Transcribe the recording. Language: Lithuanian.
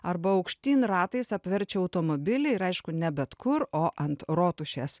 arba aukštyn ratais apverčia automobilį ir aišku ne bet kur o ant rotušės